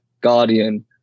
guardian